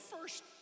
first